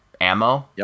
ammo